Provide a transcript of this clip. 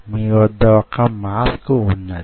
మీ వద్ద వొక మాస్క్ వున్నది